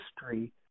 history